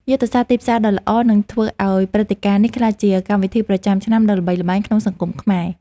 យុទ្ធសាស្ត្រទីផ្សារដ៏ល្អនឹងធ្វើឱ្យព្រឹត្តិការណ៍នេះក្លាយជាកម្មវិធីប្រចាំឆ្នាំដ៏ល្បីល្បាញក្នុងសង្គមខ្មែរ។